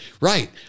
right